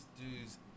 dudes